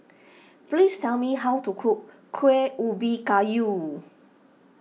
please tell me how to cook Kueh Ubi Kayu